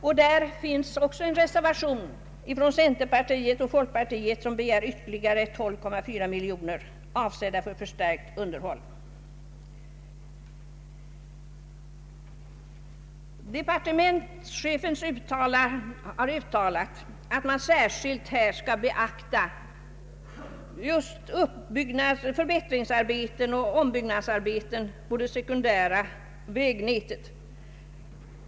I detta sammanhang finns en reservation från centerpartiet och folkpartiet, vari begärs ytterligare 12,4 miljoner kronor, avsedda för förstärkt underhåll. Departementschefen har uttalat att man härvidlag särskilt skall beakta just förbättringsarbeten och ombyggnadsarbeten på det sekundära vägnätet.